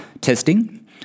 testing